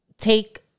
take